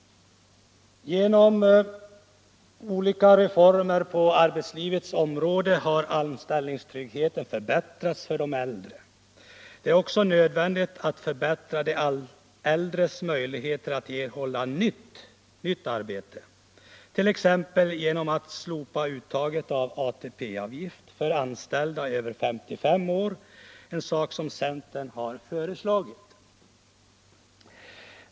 Genom olika reformer på arbetslivets område har anställningstryggheten förbättrats för de äldre. Det är också nödvändigt att förbättra de äldres möjligheter att erhålla nytt arbete, t.ex. genom att slopa uttaget av ATP-avgifter för anställda över 55 år, som centern har föreslagit.